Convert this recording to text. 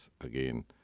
Again